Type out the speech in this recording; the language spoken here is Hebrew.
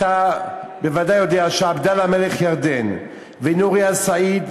אתה בוודאי יודע שעבדאללה מלך ירדן ונורי אל-סעיד,